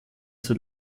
zur